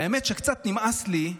האמת היא שקצת נמאס לי,